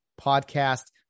Podcast